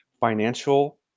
financial